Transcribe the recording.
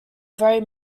very